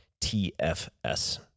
TFS